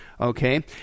okay